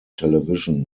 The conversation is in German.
television